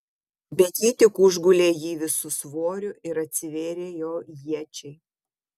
bet ji tik užgulė jį visu svoriu ir atsivėrė jo iečiai